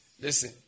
Listen